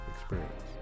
experience